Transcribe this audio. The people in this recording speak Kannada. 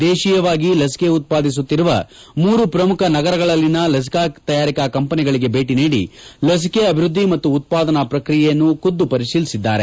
ದೇಶೀಯವಾಗಿ ಲಸಿಕೆ ಉತ್ಪಾದಿಸುತ್ತಿರುವ ಮೂರು ಪ್ರಮುಖ ನಗರಗಳಲ್ಲಿನ ಲಸಿಕಾ ತಯಾರಿಕಾ ಕಂಪೆನಿಗಳಗೆ ಭೇಟ ನೀಡಿ ಲಸಿಕೆ ಅಭಿವೃದ್ದಿ ಮತ್ತು ಉತ್ತಾದನಾ ಪ್ರಕ್ರಿಯೆಯನ್ನು ಖುದ್ದು ಪರಿಶೀಲಿಸಿದ್ದಾರೆ